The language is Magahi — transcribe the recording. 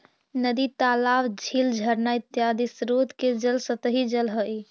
नदी तालाब, झील झरना इत्यादि स्रोत के जल सतही जल हई